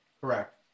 Correct